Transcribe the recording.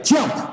Jump